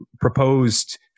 proposed